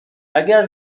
اگر